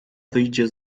wyjdzie